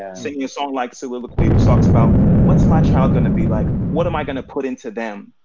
and singing a song like soliloquy, which talks about what's my child gonna be like, what am i gonna put into them?